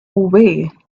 way